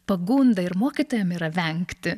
pagunda ir mokytojam yra vengti